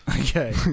Okay